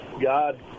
God